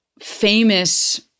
famous